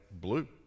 blue